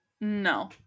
No